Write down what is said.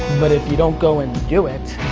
but if you don't go and do it,